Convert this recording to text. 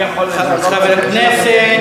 חבר הכנסת מקלב.